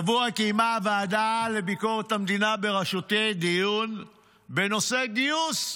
השבוע קיימה הועדה לביקורת המדינה בראשותי דיון בנושא גיוס,